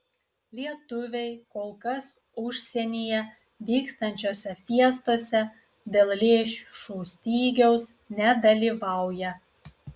lietuviai kol kas užsienyje vykstančiose fiestose dėl lėšų stygiaus nedalyvauja